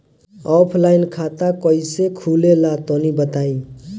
Offline खाता कइसे खुले ला तनि बताई?